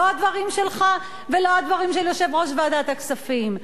לא הדברים שלך ולא הדברים של יושב-ראש ועדת הכספים.